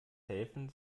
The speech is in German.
helfen